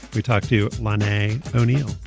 we talked to you monday, o'neill,